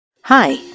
Hi